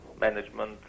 management